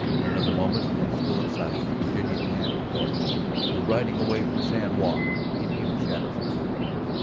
in another moment, and still in silence, virginia and norton were riding away from san juan, keeping in the shadows of the trees,